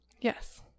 Yes